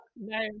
No